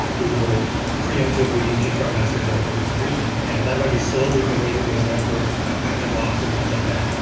we will preemptively shift our masters over to a different region, and that might be slow because maybe there's network packet loss or things like that,